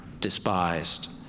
despised